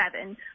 seven